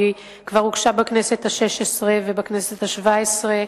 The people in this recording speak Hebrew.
היא כבר הוגשה בכנסת השש-עשרה ובכנסת השבע-עשרה,